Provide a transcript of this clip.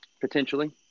potentially